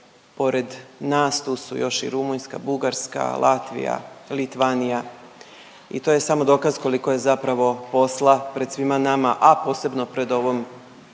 pored nas tu su još i Rumunjska, Bugarska, Latvija, Litvanija i to je samo dokaz koliko je zapravo posla pred svima nama, a posebno pred ovom,